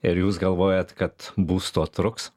ir jūs galvojat kad būsto truks